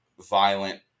Violent